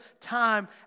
time